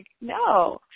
no